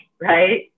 right